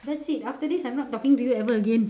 that's it after this I am not talking to you ever again